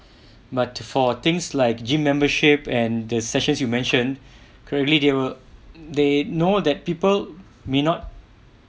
but for things like gym membership and the sessions you mentioned currently they will they know that people may not